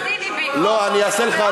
הגיעו,